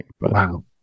Wow